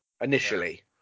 initially